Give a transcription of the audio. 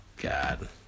God